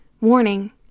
Warning